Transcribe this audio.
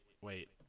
wait